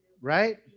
Right